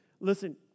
Listen